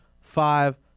five